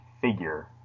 figure